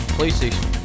PlayStation